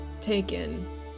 taken